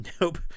Nope